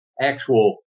actual